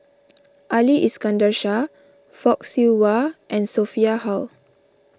Ali Iskandar Shah Fock Siew Wah and Sophia Hull